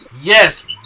yes